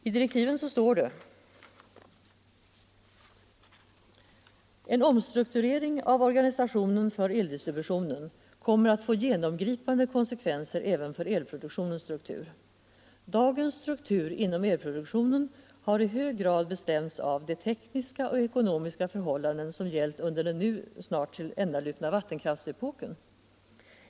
I direktiven heter det: ”En omstrukturering av organisationen för eldistributionen kommer att få genomgripande konsekvenser även för elproduktionens struktur. Dagens struktur inom elproduktionen har i hög grad bestämts av de tekniska och ekonomiska förhållanden som gällt under den nu snart tilländalupna vattenkraftsepoken.